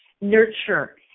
nurture